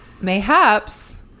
Mayhaps